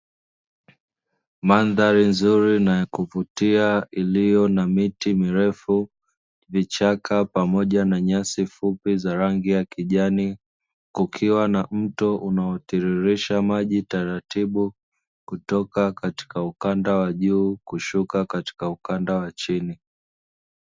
Mandhari nzuri na ya kuvutia iliyo na miti mirefu, vichaka pamoja na nyasi fupi za rangi ya kijani, kukiwa na mto unaotiririsha maji taratibu, kutoka katika ukanda wa juu kushuka katika ukanda wa chini.